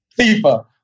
FIFA